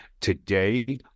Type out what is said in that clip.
Today